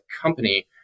company